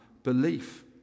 Belief